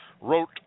wrote